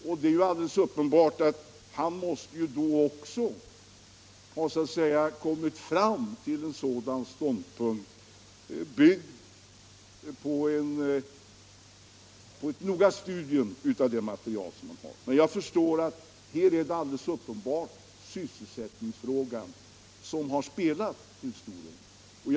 Och det är ju alldeles uppenbart att han också måste ha byggt den välkomsthälsningen på ett noggrant studium av det material som finns. Men här har uppenbarligen sysselsättningsfrågan spelat stor roll, och det förstår jag.